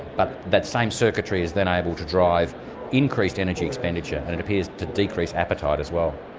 but that same circuitry is then able to drive increased energy expenditure and it appears to decrease appetite as well.